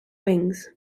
wings